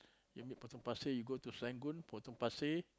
you meet Potong Pasir you go to Serangoon Potong Pasir